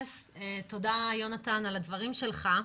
תודה, יונתן, על הדברים שלך.